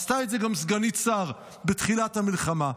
עשתה את זה גם סגנית שר בתחילת המלחמה.